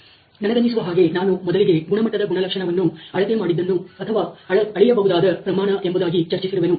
ನನಗನ್ನಿಸುವ ಹಾಗೆ ನಾನು ಮೊದಲಿಗೆ ಗುಣಮಟ್ಟದ ಗುಣಲಕ್ಷಣವನ್ನು ಅಳತೆ ಮಾಡಿದ್ದನ್ನು ಅಥವಾ ಅಳೆಯಬಹುದಾದ ಪ್ರಮಾಣ ಎಂಬುದಾಗಿ ಚರ್ಚಿಸಿರುವೆನು